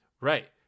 Right